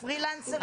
לפרילנסרים,